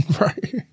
Right